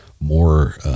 more